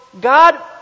God